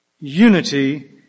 unity